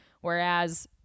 Whereas